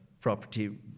property